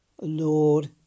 Lord